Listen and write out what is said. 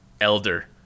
Elder